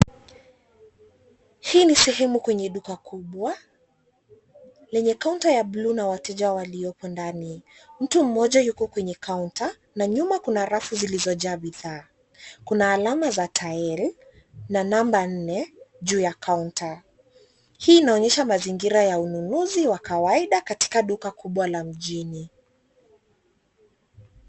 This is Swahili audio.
Hii ni sehemu kwenye duka kubwa lenye counter ya bluu na wateja waliopo ndani. Mtu mmoja yuko kwenye counter na nyuma kuna rafu zilizojaa bidhaa. Kuna alama za tile na number nne juu ya counter . Hii inaonyesha mazingira ya ununuzi wa kawaida katika duka kubwa la mjini.